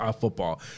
Football